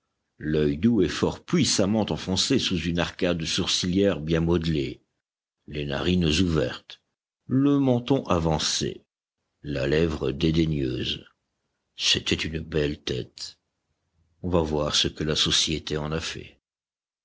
l'œil doux et fort puissamment enfoncé sous une arcade sourcilière bien modelée les narines ouvertes le menton avancé la lèvre dédaigneuse c'était une belle tête on va voir ce que la société en a fait